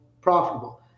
profitable